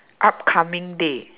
upcoming day